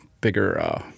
bigger